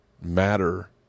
matter